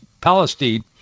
Palestine